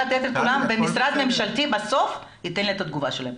ובסוף המשרד הממשלתי ייתן את התגובה שלו.